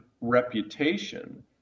reputation